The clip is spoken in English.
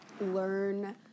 Learn